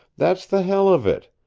that's the hell of it!